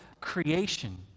creation